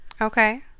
Okay